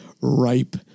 ripe